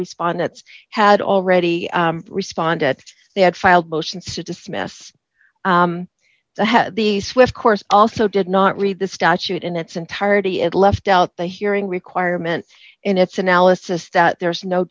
respondents had already responded that they had filed motions to dismiss the swift course also did not read the statute in its entirety it left out the hearing requirement in its analysis that there is no